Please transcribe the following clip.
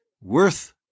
worth